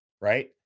right